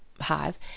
hive